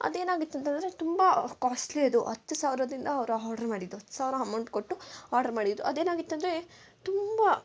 ಅದೇನಾಗಿತ್ತು ಅಂತೆಂದ್ರೆ ತುಂಬಾ ಕ್ವಾಸ್ಟ್ಲಿ ಅದು ಹತ್ತು ಸಾವಿರದಿಂದ ಅವರು ಹಾರ್ಡ್ರ್ ಮಾಡಿದ್ದು ಹತ್ತು ಸಾವಿರ ಅಮೌಂಟ್ ಕೊಟ್ಟು ಆರ್ಡ್ರ್ ಮಾಡಿದ್ದು ಅದೇನಾಗಿತ್ತೆಂದ್ರೆ ತುಂಬ